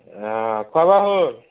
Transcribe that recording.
খোৱা বোৱা হ'ল